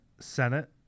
Senate